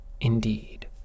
Indeed